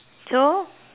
so